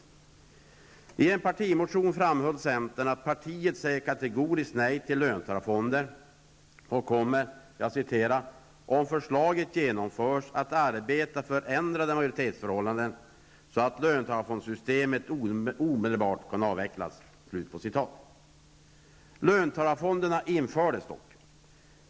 I en partimotion framhöll centern att partiet säger kategoriskt nej till löntagarfonder och kommer ''om förslaget genomförs att arbeta för ändrade majoritetsförhållanden -- så att löntagarfondssystemet omedelbart kan avvecklas''. Löntagarfonderna infördes dock.